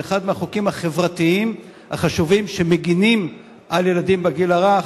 זה אחד מהחוקים החברתיים החשובים שמגינים על ילדים בגיל הרך.